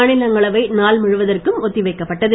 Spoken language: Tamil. மாநிலங்களவை நாள் முழுவதற்கும் ஒத்திவைக்கப் பட்டது